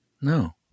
No